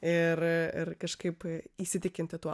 ir ir kažkaip įsitikinti tuo